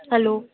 hello